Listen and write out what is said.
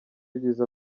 byiza